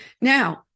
Now